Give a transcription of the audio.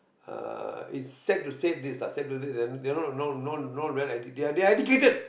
uh it's sad to say this sad to say they are no no no they're educated